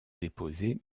déposée